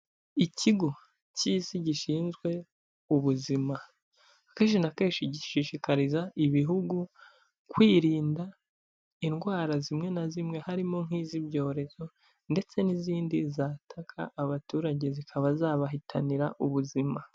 Ikigo cy'isi gishinzwe ubuzima, kenshi na kenshi gishishikariza ibihugu kwirinda indwara zimwe na zimwe, harimo nk'iz'ibyorezo ndetse n'izindi zataka abaturage zikaba zabahitanira ubuzima.